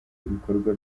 ibikorwa